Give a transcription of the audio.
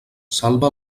salve